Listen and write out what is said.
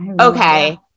okay